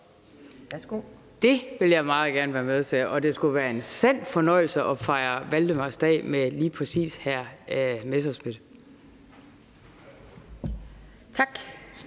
Det vil jeg meget gerne være med til, og det skulle være en sand fornøjelse at fejre valdemarsdag med lige præcis hr.